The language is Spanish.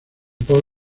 paul